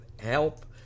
help